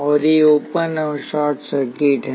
और ये ओपन और शॉर्ट सर्किट हैं